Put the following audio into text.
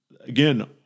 again